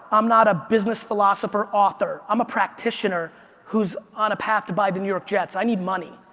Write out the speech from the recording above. i'm not a business philosopher author, i'm a practitioner who's on a path to buy the new york jets. i need money.